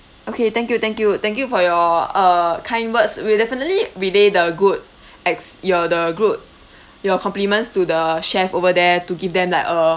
okay thank you thank you thank you for your uh kind words we will definitely relay the good ex~ your the good your compliments to the chef over there to give them like a